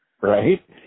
Right